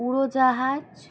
উড়োজাহাজ